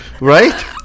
right